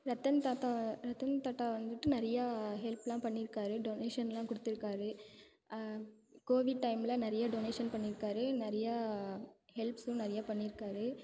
ரத்தன் தாத்தா ரத்தன் டாட்டா வந்துவிட்டு நிறையா ஹெல்ப் எல்லாம் பண்ணிருக்கார் டொனேஷன் எல்லாம் கொடுத்துருக்காரு கோவிட் டைமில் நிறைய டொனேஷன் பண்ணிருக்கார் நிறையா ஹெல்ப்ஸும் நிறைய பண்ணிருக்கார்